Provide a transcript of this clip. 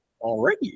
Already